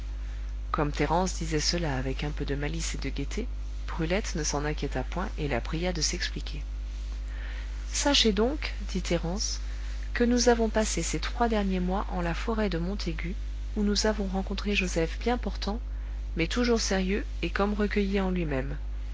comme thérence disait cela avec un peu de malice et de gaieté brulette ne s'en inquiéta point et la pria de s'expliquer sachez donc dit thérence que nous avons passé ces trois derniers mois en la forêt de montaigu où nous avons rencontré joseph bien portant mais toujours sérieux et comme recueilli en lui-même